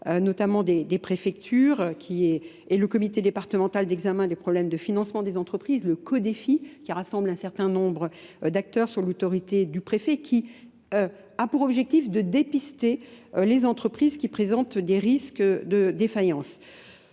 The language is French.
notamment des préfectures, et le comité départemental d'examen des problèmes de financement des entreprises, le co-défi, qui rassemble un certain nombre d'acteurs sur l'autorité du préfet, qui a pour objectif de dépister les entreprises qui présentent des risques de défaillance.